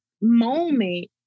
moment